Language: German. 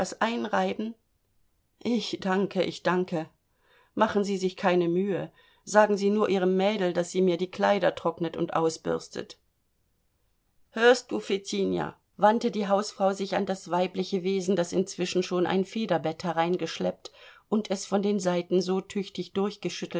einreiben ich danke ich danke machen sie sich keine mühe sagen sie nur ihrem mädel daß sie mir die kleider trocknet und ausbürstet hörst du fetinja wandte die hausfrau sich an das weibliche wesen das inzwischen schon ein federbett hereingeschleppt und es von den seiten so tüchtig